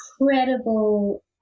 incredible